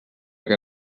que